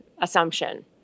assumption